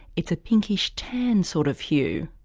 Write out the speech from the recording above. it's a pinkish-tan sort of hue.